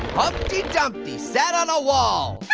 dumpty sat on a wall